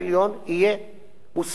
מוסמך לבטל חוקים של הכנסת.